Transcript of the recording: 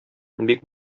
бик